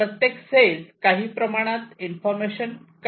प्रत्येक ते काही प्रमाणात इन्फॉर्मेशन कन्टेन्ट करते